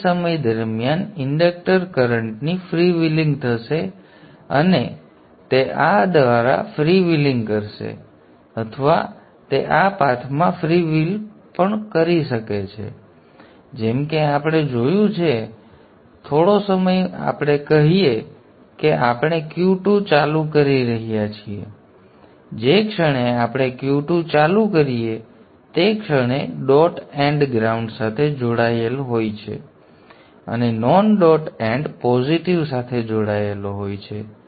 તે સમય દરમિયાન ઇન્ડક્ટર કરન્ટની ફ્રીવ્હિલિંગ થશે અને તે આ દ્વારા ફ્રીવ્હીલ કરશે અથવા તે આ પાથમાં ફ્રીવ્હીલ પણ કરી શકે છે જેમ કે આપણે જોયું છે અને હવે થોડો સમય આપણે કહીએ છીએ કે આપણે Q2 ચાલુ કરી રહ્યા છીએ જે ક્ષણે આપણે Q2 ચાલુ કરીએ છીએ તે ક્ષણે ડોટ એન્ડ ગ્રાઉન્ડ સાથે જોડાયેલો હોય છે અને નોન ડોટ એન્ડ પોઝિટિવ સાથે જોડાયેલો હોય છે